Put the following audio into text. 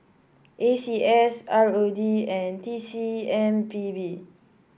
A C S R O D and T C M P B